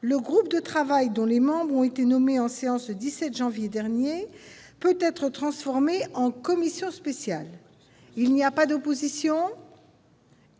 le groupe de travail dont les membres ont été nommés en séance le 17 janvier dernier, peut être transformé en commission spéciale. Il n'y a pas d'opposition ?...